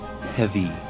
heavy